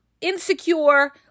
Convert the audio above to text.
insecure